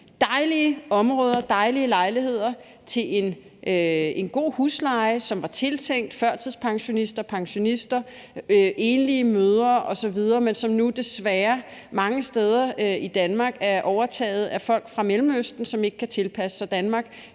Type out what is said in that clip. dejlige områder, dejlige lejligheder til en god husleje, som var tiltænkt førtidspensionister, pensionister, enlige mødre osv., men som nu desværre mange steder i Danmark er overtaget af folk fra Mellemøsten, som ikke kan tilpasse sig Danmark,